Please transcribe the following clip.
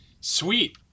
Sweet